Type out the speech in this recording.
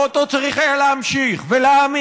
ואותו היה צריך להמשיך ולהעמיק,